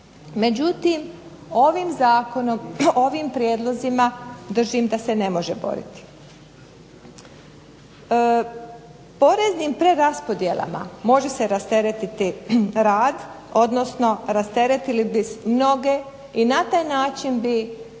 međutim ovim zakonom, ovim prijedlozima držim da se ne može boriti. Poreznim preraspodjelama može se rasteretiti rad, odnosno rasteretili bi mnoge i na taj način bi